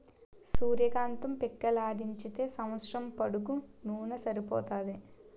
సూర్య కాంతం పిక్కలాడించితే సంవస్సరం పొడుగునూన సరిపోతాది